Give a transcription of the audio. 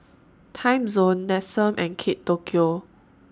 Timezone Nestum and Kate Tokyo